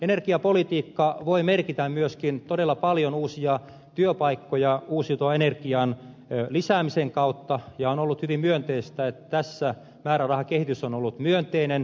energiapolitiikka voi merkitä myöskin todella paljon uusia työpaikkoja uusiutuvan energian lisäämisen kautta ja on ollut hyvin myönteistä että tässä määrärahakehitys on ollut myönteinen